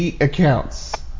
accounts